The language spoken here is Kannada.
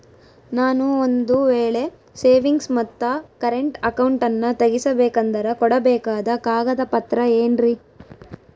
ನಾನು ಒಂದು ವೇಳೆ ಸೇವಿಂಗ್ಸ್ ಮತ್ತ ಕರೆಂಟ್ ಅಕೌಂಟನ್ನ ತೆಗಿಸಬೇಕಂದರ ಕೊಡಬೇಕಾದ ಕಾಗದ ಪತ್ರ ಏನ್ರಿ?